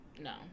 No